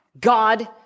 God